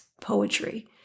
poetry